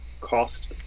Cost